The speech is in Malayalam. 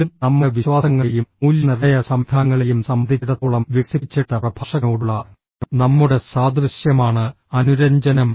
വീണ്ടും നമ്മുടെ വിശ്വാസങ്ങളെയും മൂല്യനിർണ്ണയ സംവിധാനങ്ങളെയും സംബന്ധിച്ചിടത്തോളം വികസിപ്പിച്ചെടുത്ത പ്രഭാഷകനോടുള്ള നമ്മുടെ സാദൃശ്യമാണ് അനുരഞ്ജനം